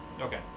Okay